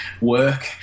work